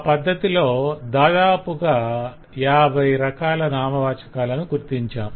ఆ పద్ధతిలో దాదాపుగా ఈ 50 రకాల నామవాచకాలను గుర్తించాం